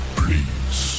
please